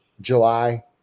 July